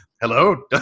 hello